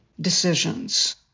decisions